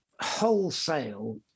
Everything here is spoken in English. wholesale